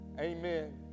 Amen